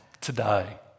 today